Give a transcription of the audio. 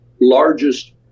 largest